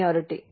seniority